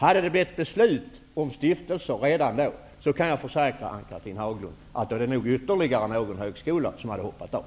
Hade det fattats ett beslut om stiftelser redan i samband därmed, kan jag försäkra Ann-Cathrine Haglund att ytterligare någon högskola hade hoppat av.